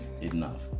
enough